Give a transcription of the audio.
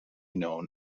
known